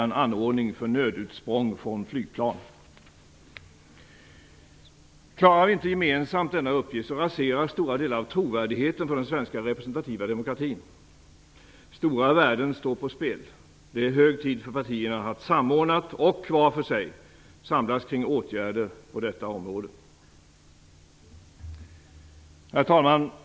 Klarar vi inte gemensamt denna uppgift raseras stora delar av trovärdigheten för den svenska representativa demokratin. Stora värden står på spel. Det är hög tid för partierna att samordnat och vart för sig samlas kring åtgärder på detta område. Herr talman!